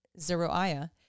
Zeruiah